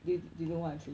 vif you know what I'm saying